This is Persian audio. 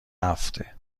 هفته